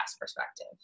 perspective